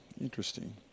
Interesting